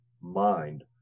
mind